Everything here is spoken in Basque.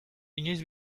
inoiz